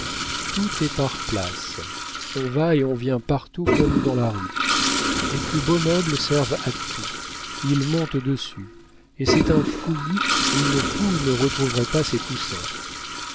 tout est par places on va et on vient partout comme dans la rue les plus beaux meubles servent à tout ils montent dessus et c'est un fouillis où une poule ne retrouverait pas ses poussins